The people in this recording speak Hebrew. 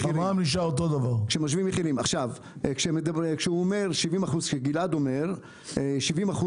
עכשיו, כשגלעד אומר 70%,